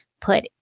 put